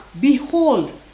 Behold